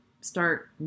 start